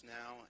now